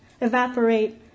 evaporate